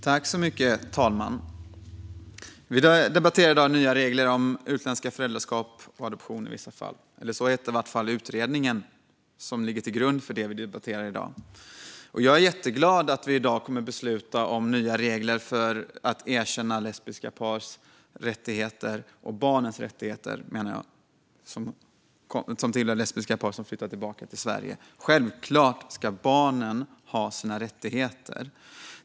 Fru talman! Vi debatterar i dag nya regler om utländska föräldraskap och adoption i vissa fall. Så hette i vart fall den utredning som ligger till grund för det vi debatterar i dag. Jag är jätteglad över att vi i dag kommer att besluta om nya regler för att erkänna lesbiska pars rättigheter - jag menar barnens rättigheter när det handlar om barn som tillhör lesbiska par som flyttat tillbaka till Sverige. Självklart ska barnen ha sina rättigheter.